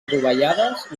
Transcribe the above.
adovellades